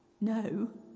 No